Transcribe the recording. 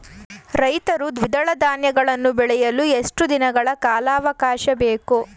ರೈತರು ದ್ವಿದಳ ಧಾನ್ಯಗಳನ್ನು ಬೆಳೆಯಲು ಎಷ್ಟು ದಿನಗಳ ಕಾಲಾವಾಕಾಶ ಬೇಕು?